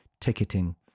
Ticketing